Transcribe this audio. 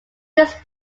this